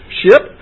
ship